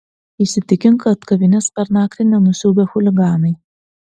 įsitikink kad kavinės per naktį nenusiaubė chuliganai